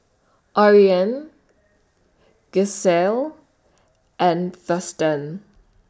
Ariane Gisselle and Thurston